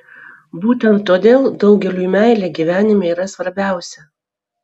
būtent todėl daugeliui meilė gyvenime yra svarbiausia